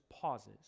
pauses